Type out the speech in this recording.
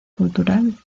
cultural